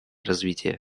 развития